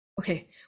okay